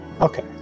Okay